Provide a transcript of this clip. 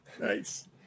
nice